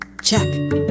check